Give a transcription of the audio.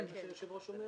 זה מה שהיושב-ראש אומר?